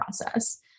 process